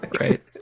right